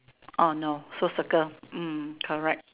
orh no so circle mm correct